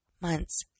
months